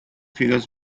figures